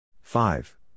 five